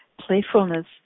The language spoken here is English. playfulness